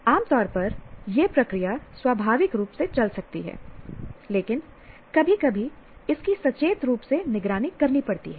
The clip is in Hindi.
आम तौर पर यह प्रक्रिया स्वाभाविक रूप से चल सकती है लेकिन कभी कभी इसकी सचेत रूप से निगरानी करनी पड़ती है